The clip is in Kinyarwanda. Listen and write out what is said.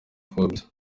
forbes